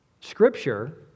Scripture